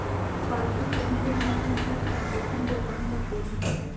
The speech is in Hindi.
पासबुक प्रिंट से हम अपनी हर ट्रांजेक्शन को जान सकते है